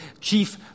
Chief